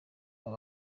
aba